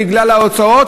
בגלל ההוצאות,